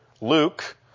Luke